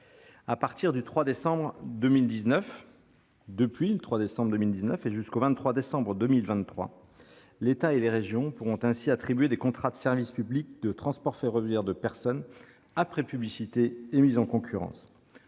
à partir de décembre 2020. Depuis le 3 décembre 2019, et jusqu'au 23 décembre 2023, l'État et les régions pourront ainsi attribuer des contrats de service public de transport ferroviaire de personnes, après publicité et mise en concurrence.